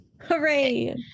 hooray